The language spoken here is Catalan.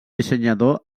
dissenyador